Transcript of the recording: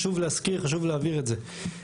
חשוב להזכיר, חשוב להבהיר את זה.